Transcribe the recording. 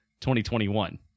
2021